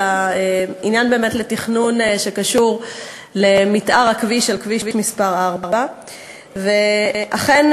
אלא עניין לתכנון שקשור למתאר של כביש מס' 4. אכן,